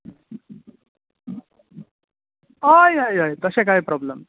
हय हय हय तशे कांय प्रोब्लेम